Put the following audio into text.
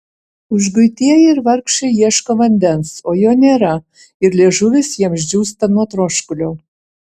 užguitieji ir vargšai ieško vandens o jo nėra ir liežuvis jiems džiūsta nuo troškulio